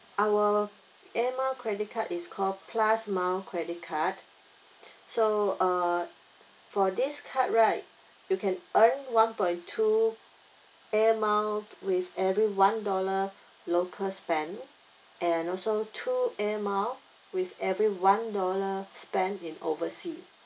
our air mile credit card is call plus mile credit card so uh for this card right you can earn one point two air mile with every one dollar local spent and also two air mile with every one dollar spent in overseas